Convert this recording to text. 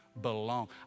belong